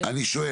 אני ראיתי,